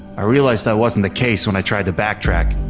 i realized that wasn't the case when i tried to backtrack.